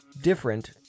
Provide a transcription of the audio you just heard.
different